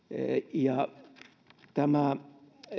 tämä työ